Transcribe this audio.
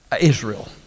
Israel